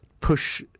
push